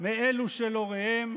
מאלה של הוריהם,